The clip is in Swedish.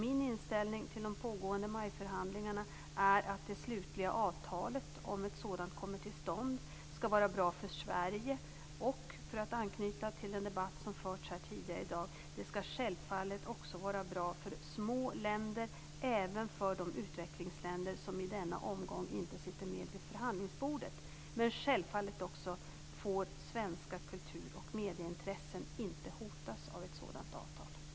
Min inställning till de pågående MAI-förhandlingarna är att det slutliga avtalet, om ett sådant kommer till stånd, skall vara bra för Sverige och - för att ankyta till den debatt som förts tidigare här i dag - bra också för små länder och även de utvecklingsländer som i denna omgång inte sitter med vid förhandlingsbordet. Självfallet får svenska kultur och medieintressen inte hotas av ett sådant avtal.